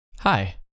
Hi